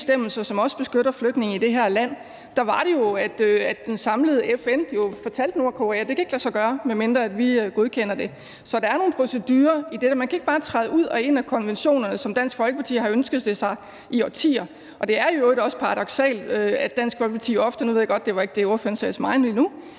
som også beskytter flygtninge i det her land, var det jo, at det samlede FN fortalte Nordkorea, at det ikke kunne lade sig gøre, medmindre vi godkendte det. Så der er nogle procedurer i det. Man kan ikke bare træde ud af og ind i konventionerne, sådan som Dansk Folkeparti har ønsket det i årtier. Og det er i øvrigt også paradoksalt, at Dansk Folkeparti ofte anklager, og nu ved jeg godt, at det ikke var det, ordføreren sagde til mig lige nu,